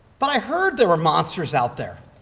but i heard there were monsters out there.